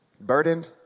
burdened